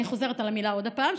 אני חוזרת על המילה עוד פעם,